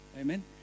Amen